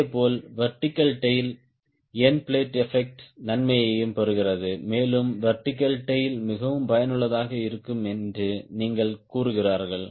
இதேபோல் vertical tail end plate effect நன்மையையும் பெறுகிறது மேலும் வெர்டிகல் டேய்ல் மிகவும் பயனுள்ளதாக இருக்கும் என்று நீங்கள் கூறுகிறீர்கள்